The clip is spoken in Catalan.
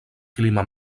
clima